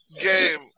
game